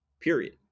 period